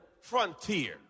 frontier